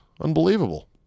Unbelievable